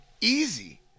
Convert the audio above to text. easy